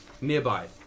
Nearby